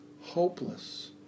hopeless